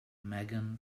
megan